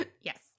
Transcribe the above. Yes